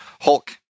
Hulk